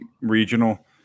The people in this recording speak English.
regional